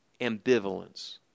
ambivalence